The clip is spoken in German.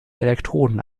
elektroden